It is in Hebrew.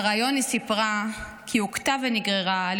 בריאיון היא סיפרה כי הוכתה ונגררה על